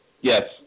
Yes